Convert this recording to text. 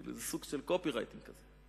זה סוג של קופירייטר כזה.